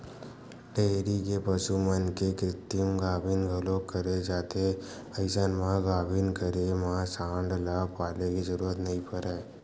dairy के पसु मन के कृतिम गाभिन घलोक करे जाथे अइसन म गाभिन करे म सांड ल पाले के जरूरत नइ परय